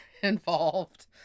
involved